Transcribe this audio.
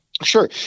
Sure